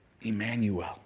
Emmanuel